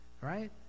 right